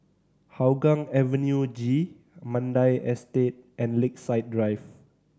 Hougang Avenue G Mandai Estate and Lakeside Drive